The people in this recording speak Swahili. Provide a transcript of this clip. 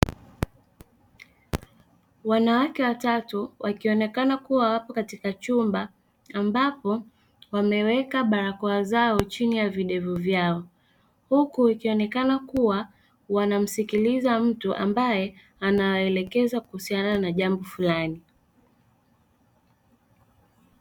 Wanawake watatu, wakionekana kuwa wapo katika chumba, ambako wameweka barakoa zao chini ya videvu vyao, huku ikionekana kuwa wanamsikiliza mtu ambaye anawaelekeza kuhusiana na jambo fulani.